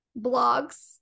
blogs